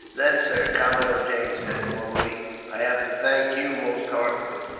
then, sir, commodore james said, warmly i have to thank you, most heartily,